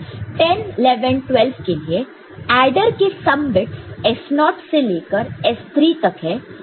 10 11 12 के लिए एडर के sum bits S0 naught naught से लेकर S3 तक है और कैरी बिट C3 है